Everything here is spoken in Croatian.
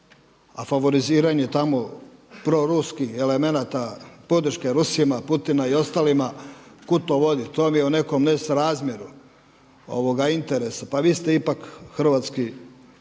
a favoriziranje tamo proruskih elemenata podrške Rusima, Putina i ostalima. Kud to vodi? To vam je u nekom nesrazmjeru interesa. Pa vi ste ipak hrvatski